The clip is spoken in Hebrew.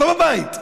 לא בבית,